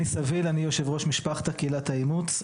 אני יושב-ראש משפחתא קהילת האימוץ.